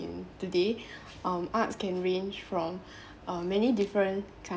in today um arts can range from um many different kind